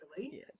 yes